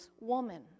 woman